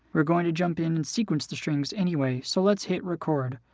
we're going to jump in and sequence the strings anyway, so let's hit record.